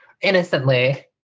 innocently